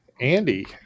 Andy